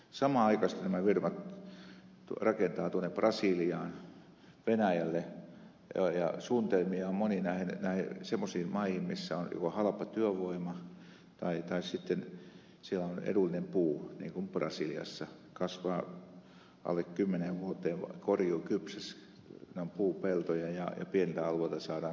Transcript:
samanaikaisesti nämä firmat rakentavat tuonne brasiliaan venäjälle ja suunnitelmia on moniin semmoisiin maihin missä on halpa työvoima tai sitten on edullinen puu niin kuin brasiliassa se kasvaa alle kymmenessä vuodessa korjuukypsäksi ne ovat puupeltoja ja pieniltä alueilta saadaan korjattua hetkessä